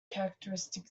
characteristic